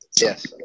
Yes